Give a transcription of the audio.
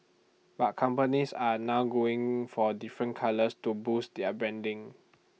but companies are now going for different colours to boost their branding